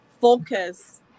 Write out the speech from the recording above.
focus